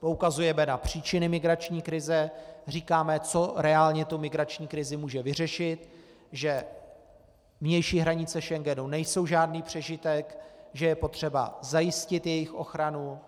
Poukazujeme na příčiny migrační krize, říkáme, co reálně tu migrační krizi může vyřešit, že vnější hranice Schengenu nejsou žádný přežitek, že je potřeba zajistit jejich ochranu,